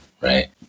right